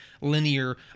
linear